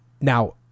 Now